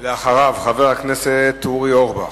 ואחריו, חבר הכנסת אורי אורבך.